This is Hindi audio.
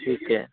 ठीक है